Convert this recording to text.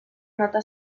nota